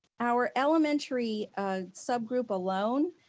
our elementary subgroup alone,